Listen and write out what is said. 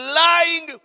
lying